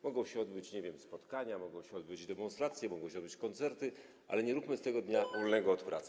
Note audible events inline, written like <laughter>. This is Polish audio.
Mogą się odbyć, nie wiem, spotkania, mogą się odbyć demonstracje, mogą się odbyć koncerty, ale nie róbmy z tego dnia <noise> wolnego od pracy.